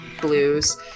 blues